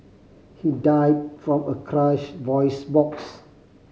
he died from a crushed voice box